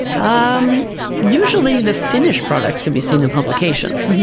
um usually the finished products can be seen in publications,